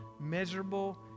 miserable